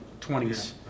20s